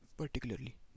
particularly